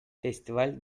festival